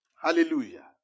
Hallelujah